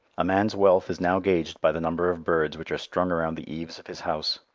a man's wealth is now gauged by the number of birds which are strung around the eaves of his house.